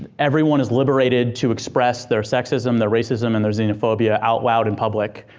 everyone is liberated to express their sexism, their racism and their xenophobia out loud in public.